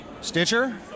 Stitcher